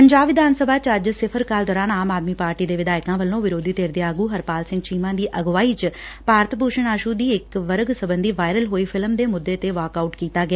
ਪੰਜਾਬ ਵਿਧਾਨ ਸਭਾ ਚ ਅੱਜ ਸਿਫ਼ਰ ਕਾਲ ਦੌਰਾਨ ਆਮ ਆਦਮੀ ਪਾਰਟੀ ਦੇ ਵਿਧਾਇਕਾਂ ਵੱਲੋਂ ਵਿਰੋਧੀ ਧਿਰ ਦੇ ਆਗੁ ਹਰਪਾਲ ਸਿੰਘ ਚੀਮਾ ਦੀ ਅਗਵਾਈ ਚ ਭਾਰਤ ਭੁਸ਼ਣ ਆਸੁ ਦੀ ਇਕ ਵਰਗ ਸਬੰਧੀ ਵਾਇਰਲ ਹੋਈ ਫਿਲਮ ਦੇ ਮੁੱਦੇ ਤੇ ਵਾਕ ਆਊਟ ਕੀਤਾ ਗਿਆ